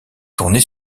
tourner